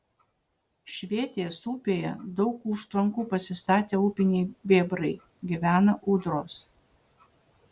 švėtės upėje daug užtvankų pasistatę upiniai bebrai gyvena ūdros